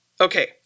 Okay